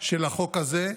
של החוק הזה,